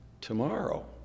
Tomorrow